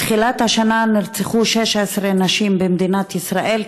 מתחילת השנה נרצחו 16 נשים במדינת ישראל,